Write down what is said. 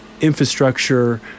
infrastructure